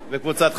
וקבוצת חברים.